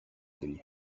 degli